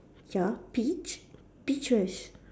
ya peach peaches